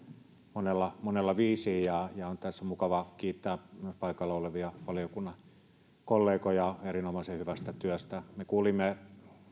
monella monella viisiin ja ja on tässä mukava kiittää paikalla olevia valiokunnan kollegoja erinomaisen hyvästä työstä me kuulimme